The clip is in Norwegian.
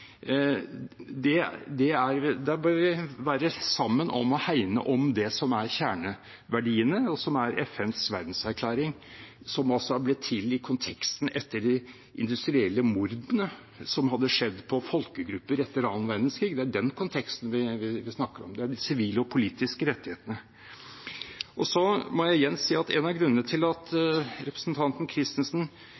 bør vi være sammen om å hegne om det som er kjerneverdiene, og som er FNs verdenserklæring, som altså er blitt til i konteksten etter de industrielle mordene som hadde skjedd på folkegrupper under annen verdenskrig. Det er den konteksten vi snakker om. Det er de sivile og politiske rettighetene. Jeg må igjen si at en av grunnene til at